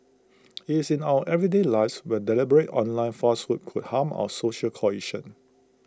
IT is in our everyday lives where deliberate online falsehoods could harm our social cohesion